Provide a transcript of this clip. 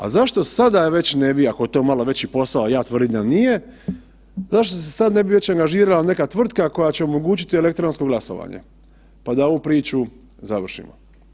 A zašto sada već ne bi, ako je to malo veći posao, ja tvrdim da nije, zašto se sad ne bi već angažirala neka tvrtka koja će omogućiti elektronsko glasovanje pa da ovu priču završimo?